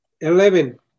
Eleven